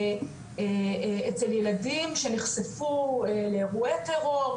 אצל ילדים שנחשפו לאירועי הטרור,